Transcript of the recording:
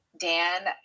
Dan